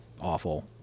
awful